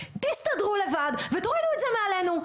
תסתדרו לבד ותורידו את זה מעלינו.